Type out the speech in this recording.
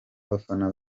bafana